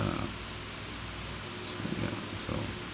uh so yeah so